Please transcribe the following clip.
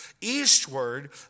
eastward